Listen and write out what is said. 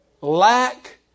lack